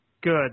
Good